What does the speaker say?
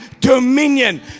dominion